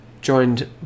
joined